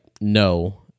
no